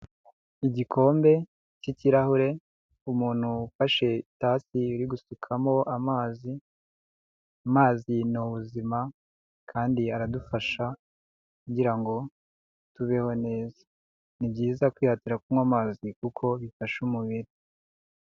Igikombe cy'ikirahure umuntu ufashe itase uri gusukamo amazi, amazi ni ubuzima kandi aradufasha kugira ngo tubeho neza, ni byiza kwihatira kunywa amazi kuko bifasha umubiri.